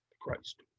Christ